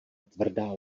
tvrdá